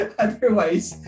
otherwise